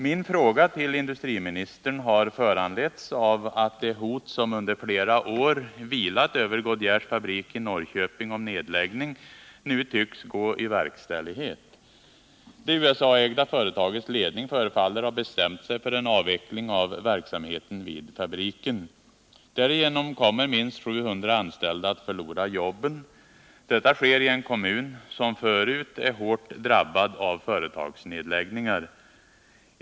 Min fråga till industriministern har föranletts av att det hot som under flera år vilat över Goodyears fabrik i Norrköping om nedläggning nu tycks gå i verkställighet. Det USA-ägda företagets ledning förefaller ha bestämt sig för en avveckling av verksamheten vid fabriken. Därigenom kommer minst 700 anställda att förlora jobben. Detta sker i en kommun som förut är hårt drabbad av företagsnedläggningar.